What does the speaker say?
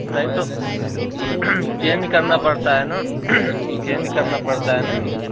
नहीं तो चेन्ज करना पड़ता है ना चेन्ज करना पड़ता है ना